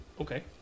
Okay